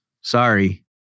sorry